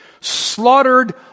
slaughtered